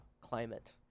climate